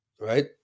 Right